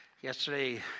Yesterday